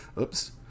Oops